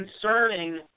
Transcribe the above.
concerning